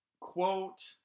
quote